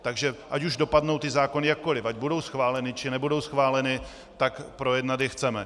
Takže ať už dopadnou zákony jakkoliv, ať budou schváleny, či nebudou schváleny, tak je projednat chceme.